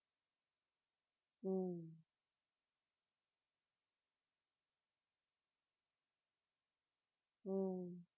mm mm